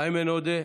איימן עודה,